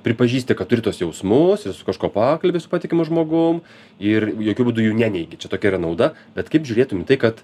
pripažįsti kad turi tuos jausmus ir su kažkuo pakalbi su patikimu žmogum ir jokiu būdu jų neneigi čia tokia yra nauda bet kaip žiūrėtum į tai kad